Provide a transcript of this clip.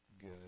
good